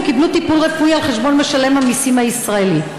וקיבלו טיפול רפואי על חשבון משלם המיסים הישראלי.